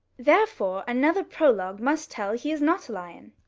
therefore another prologue must tell he is not a lion.